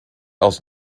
aus